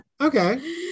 Okay